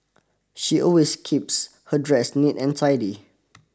she always keeps her dress neat and tidy